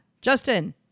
Justin